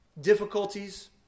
difficulties